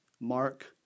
Mark